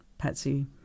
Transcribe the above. Patsy